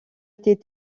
était